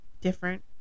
different